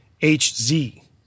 HZ